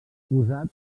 usat